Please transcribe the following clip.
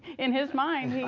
in his mind, he